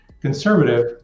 conservative